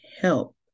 help